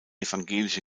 evangelische